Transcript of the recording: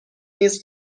نیز